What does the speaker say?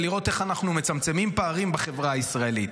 ולראות איך אנחנו מצמצמים פערים בחברה הישראלית.